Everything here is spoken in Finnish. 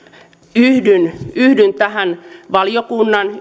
yhdyn yhdyn tähän valiokunnan